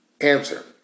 Answer